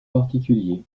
particulier